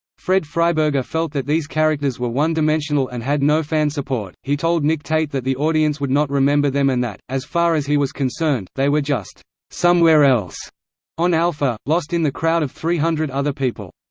fred freiberger felt that these characters were one-dimensional and had no fan support he told nick tate that the audience would not remember them and that, as far as he was concerned, they were just somewhere else on alpha, lost in the crowd of three hundred other people.